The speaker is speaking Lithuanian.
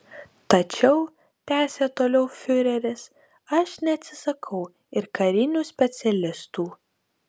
tačiau tęsė toliau fiureris aš neatsisakau ir karinių specialistų